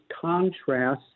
contrasts